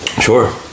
sure